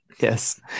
yes